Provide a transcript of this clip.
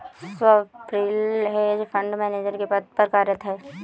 Swapnil hedge fund manager के पद पर कार्यरत है